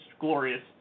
glorious